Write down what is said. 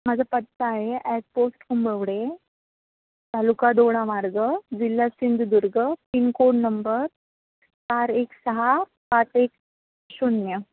माझा पत्ता आहे ॲट पोस्ट कुंभवडे तालुका दोडा मार्ग जिल्हा सिंधुदुर्ग पिनकोड नंबर चार एक सहा पाच एक शून्य